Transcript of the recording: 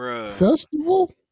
festival